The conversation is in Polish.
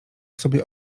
sobie